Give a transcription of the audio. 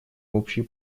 общей